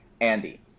Andy